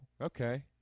Okay